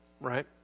Right